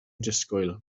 disgwyl